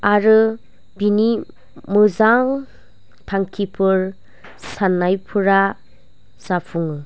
आरो बिनि मोजां थांखिफोर साननायफोरा जाफुङो